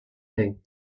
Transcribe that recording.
thing